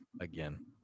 again